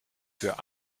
für